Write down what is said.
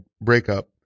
breakup